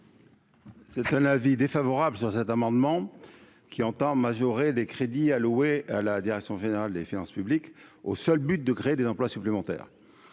C'est un avis défavorable sur cet amendement, qui entend majorer les crédits alloués à la direction générale des finances publiques au seul but de créer des emplois supplémentaires,